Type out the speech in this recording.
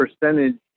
percentage